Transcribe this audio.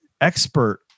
expert